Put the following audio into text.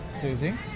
Susie